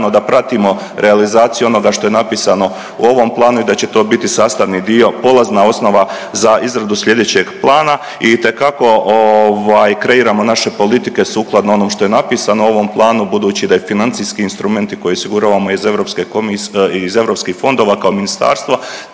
da pratimo realizaciju onoga što je napisano u ovom planu i da će to biti sastavni dio polazna osnova za izradu sljedećeg plana i itekako kreiramo naše politike sukladno onom što je napisano u ovom planu budući da je financijski instrumenti koje osiguravamo iz eu fondova kao i ministarstva